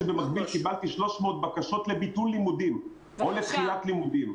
במקביל קיבלתי 300 בקשות לביטול לימודים או לדחיית לימודים,